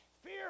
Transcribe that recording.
Fear